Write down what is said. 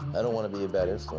i don't want to be a